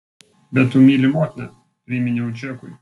bet tu myli motiną priminiau džekui